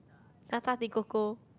Natadecoco